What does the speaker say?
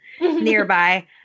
nearby